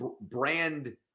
brand